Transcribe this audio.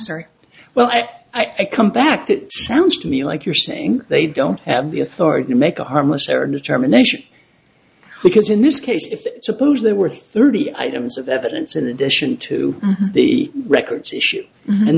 sorry well i come back to sounds to me like you're saying they don't have the authority to make a harmless error determination because in this case if suppose there were thirty items of evidence in addition to the records issue and